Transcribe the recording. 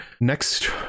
next